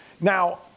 Now